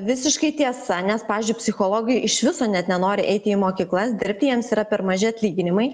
visiškai tiesa nes pavyzdžiui psichologai iš viso net nenori eiti į mokyklas dirbti jiems yra per maži atlyginimai